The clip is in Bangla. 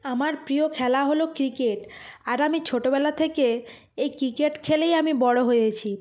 আমার প্রিয় খেলা হলো ক্রিকেট আর আমি ছোটোবেলা থেকে এই ক্রিকেট খেলেই আমি বড় হয়েছি